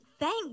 thank